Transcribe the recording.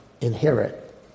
inherit